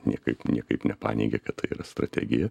niekaip niekaip nepaneigė kad tai yra strategija